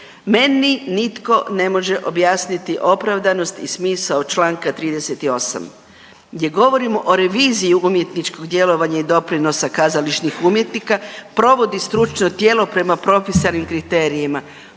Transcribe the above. meni nitko ne može objasniti opravdanost i smisao članka 38. gdje govorimo o reviziji umjetničkog djelovanja i doprinosa kazališnih umjetnika provodi stručno tijelo prema propisanim kriterijima.